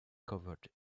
covered